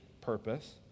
purpose